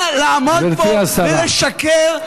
למה לעמוד פה ולשקר?